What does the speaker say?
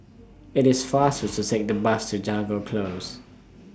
IT IS faster to Take The Bus to Jago Close